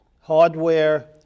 hardware